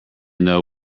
know